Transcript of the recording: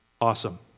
Awesome